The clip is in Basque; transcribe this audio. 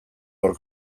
hor